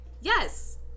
yes